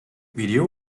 video